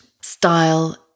style